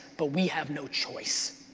but we have no choice.